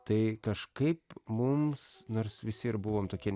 tai kažkaip mums nors visi ir buvom tokie